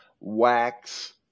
wax